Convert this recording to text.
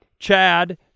Chad